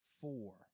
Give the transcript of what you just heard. four